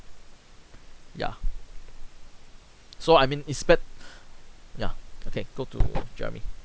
yeah so I mean it's bad yeah okay go to jeremy